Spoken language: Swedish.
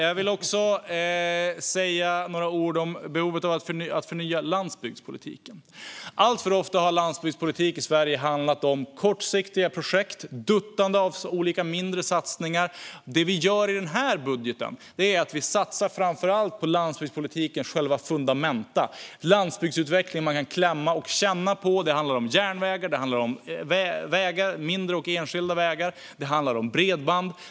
Jag vill också säga några ord om behovet av att förnya landsbygdspolitiken. Alltför ofta har landsbygdspolitik i Sverige handlat om kortsiktiga projekt och duttande med olika mindre satsningar. I den här budgeten satsar vi framför allt på landsbygdspolitikens själva fundamenta, på landsbygdsutveckling som man kan klämma och känna på. Det handlar om järnvägar, det handlar om mindre och enskilda vägar och det handlar om bredband.